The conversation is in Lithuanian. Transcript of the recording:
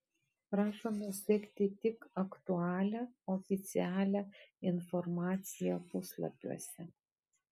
prašome sekti tik aktualią oficialią informaciją puslapiuose